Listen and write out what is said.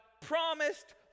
promised